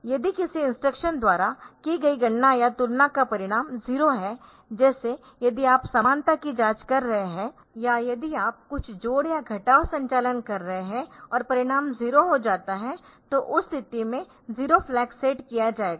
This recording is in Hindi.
यदि किसी इंस्ट्रक्शन द्वारा की गई गणना या तुलना का परिणाम 0 है जैसे यदि आप समानता की जाँच कर रहे है या यदि आप कुछ जोड़ या घटाव संचालन कर रहे है और परिणाम 0 हो जाता है तो उस स्थिति में जीरो फ्लैग सेट किया जाएगा